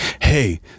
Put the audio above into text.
hey